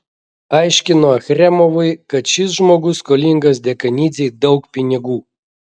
aiškino achremovui kad šis žmogus skolingas dekanidzei daug pinigų